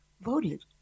voted